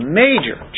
major